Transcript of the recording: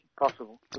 Possible